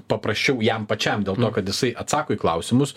paprasčiau jam pačiam dėl to kad jisai atsako į klausimus